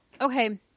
okay